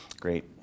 Great